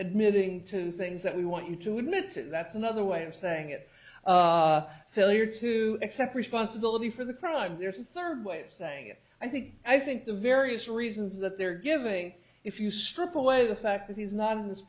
admitting to things that we want you to admit that's another way of saying it so you're to accept responsibility for the crime there's a third way of saying it i think i think the various reasons that they're giving if you strip away the fact that he's not on this